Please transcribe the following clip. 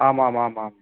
आमामामाम्